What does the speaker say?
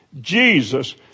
Jesus